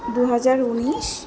দু হাজার উনিশ